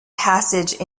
passage